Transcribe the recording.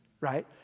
Right